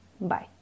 Bye